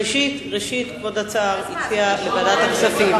ראשית, כבוד השר הציע לוועדת הכספים.